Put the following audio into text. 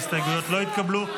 ההסתייגויות לא התקבלו.